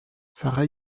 فقط